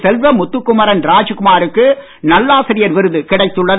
செல்வ முத்துக்குமரன் ராஜ்குமாருக்கு நல்லாசிரியர் விருது கிடைத்துள்ளது